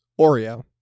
Oreo